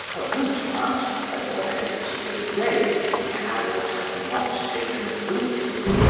of whom to ask whether on any particular day he had or had not taken opium,